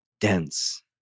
dense